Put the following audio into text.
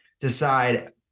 decide